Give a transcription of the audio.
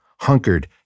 hunkered